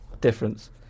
difference